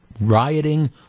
rioting